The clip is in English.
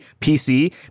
PC